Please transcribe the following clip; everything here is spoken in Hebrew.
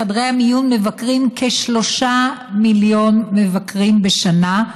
בחדרי המיון מבקרים כ-3 מיליון מבקרים בשנה,